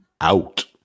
out